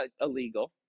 illegal